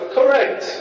Correct